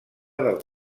del